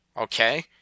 okay